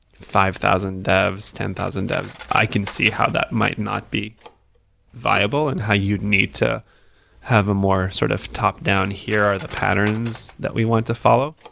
five thousand devs, ten thousand devs, i can see how that might not be viable and how you'd need to have a more sort of top-down, here are the patterns that we want to follow,